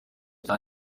bya